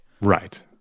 right